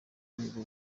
rwego